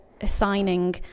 assigning